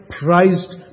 prized